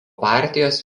partijos